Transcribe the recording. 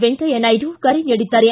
ವೆಂಕಯ್ಯ ನಾಯ್ಡು ಕರೆ ನೀಡಿದ್ದಾರೆ